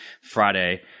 Friday